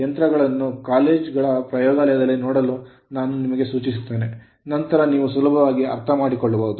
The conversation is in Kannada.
ಯಂತ್ರಗಳನ್ನು ಕಾಲೇಜು ಪ್ರಯೋಗಾಲಯದಲ್ಲಿ ನೋಡಲು ನಾನು ನಿಮಗೆ ಸೂಚಿಸುತ್ತೇನೆ ನಂತರ ನೀವು ಸುಲಭವಾಗಿ ಅರ್ಥಮಾಡಿಕೊಳ್ಳಬಹುದು